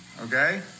Okay